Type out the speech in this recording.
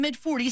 MID-40S